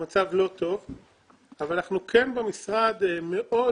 מצב לא טוב אבל אנחנו במשרד כן מאוד